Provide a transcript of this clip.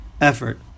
effort